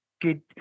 good